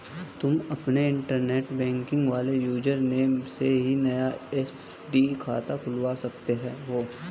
तुम अपने internet banking वाले यूज़र नेम से ही नया एफ.डी खाता खुलवा सकते हो